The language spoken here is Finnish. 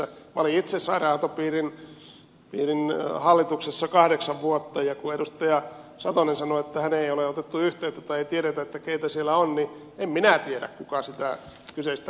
minä olin itse sairaanhoitopiirin hallituksessa kahdeksan vuotta ja kun edustaja satonen sanoi että häneen ei ole otettu yhteyttä tai ei tiedetä keitä siellä on niin en minä tiedä kuka sitä kyseistä himmeliä johtaa